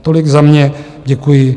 Tolik za mě, děkuji.